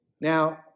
Now